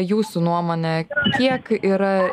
jūsų nuomone kiek yra